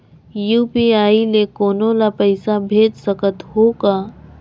UPI ले कोनो ला पइसा भेज सकत हों का?